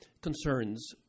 concerns